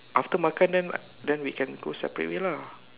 after makan then then we can go separate way lah